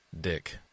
dick